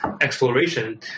exploration